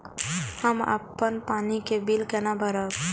हम अपन पानी के बिल केना भरब?